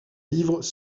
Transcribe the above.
livres